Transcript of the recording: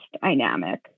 dynamic